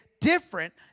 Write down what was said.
different